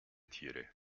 tiere